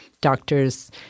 Doctors